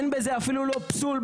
אין בזה אפילו לא פסול,